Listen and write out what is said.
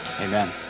amen